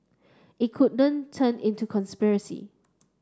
it couldn't turn into conspiracy